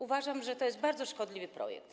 Uważam, że jest to bardzo szkodliwy projekt.